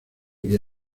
vía